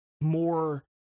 more